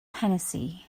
hennessy